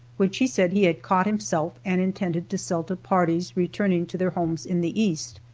which he said he had caught himself and intended to sell to parties returning to their homes in the east.